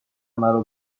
مرا